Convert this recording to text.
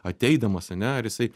ateidamas ane ar jisai